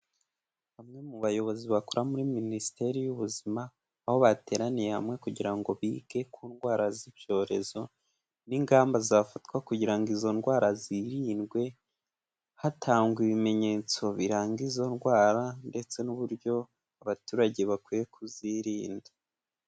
Bamwe mu bayobozi bakora muri Minisiteri y'Ubuzima, aho bateraniye hamwe kugira ngo bige ku ndwara z'ibyorezo n'ingamba zafatwa kugira ngo izo ndwara zirindwe, hatangwa ibimenyetso biranga izo ndwara ndetse n'uburyo abaturage bakwiye kuzirinda.